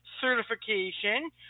certification